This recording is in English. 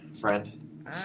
friend